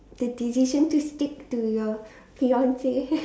the decision to stick to your fiance